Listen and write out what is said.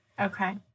Okay